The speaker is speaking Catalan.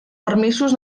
permisos